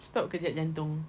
stop sekejap jantung